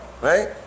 right